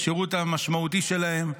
בשירות המשמעותי שלהם,